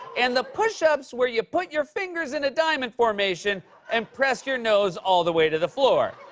and the push-ups where you put your fingers in a diamond formation and press your nose all the way to the floor.